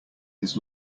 his